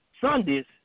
Sundays